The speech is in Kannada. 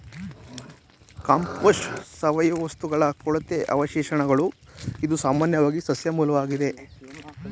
ಕಾಂಪೋಸ್ಟ್ ಸಾವಯವ ವಸ್ತುಗಳ ಕೊಳೆತ ಅವಶೇಷಗಳು ಇದು ಸಾಮಾನ್ಯವಾಗಿ ಸಸ್ಯ ಮೂಲ್ವಾಗಿದೆ